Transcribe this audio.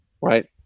right